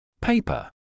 Paper